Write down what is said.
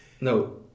No